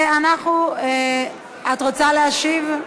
את רוצה להשיב?